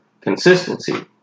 consistency